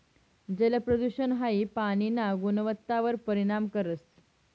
जलप्रदूषण हाई पाणीना गुणवत्तावर परिणाम करस